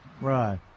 right